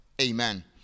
Amen